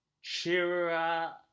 Shira